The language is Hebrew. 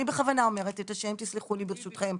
אני בכוונה אומרת את השם, תסלחו לי ברשותכם.